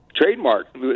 trademark